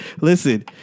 Listen